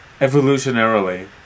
evolutionarily